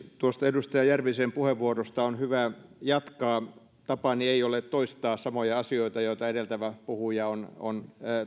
tuosta edustaja järvisen puheenvuorosta on hyvä jatkaa tapani ei ole toistaa samoja asioita joita edeltävä puhuja on on